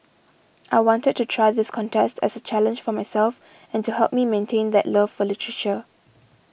I wanted to try this contest as a challenge for myself and to help me maintain that love for literature